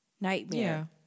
nightmare